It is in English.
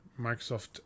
Microsoft